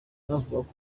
anavuga